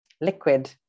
liquid